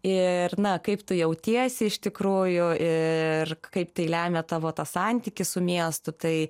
ir na kaip tu jautiesi iš tikrųjų ir kaip tai lemia tavo tas santykis su miestu tai